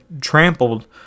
trampled